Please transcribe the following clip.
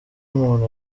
umuntu